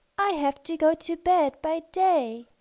i have to go to bed by day.